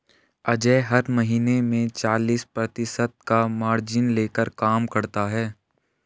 अजय हर महीने में चालीस प्रतिशत का मार्जिन लेकर काम करता है